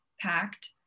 packed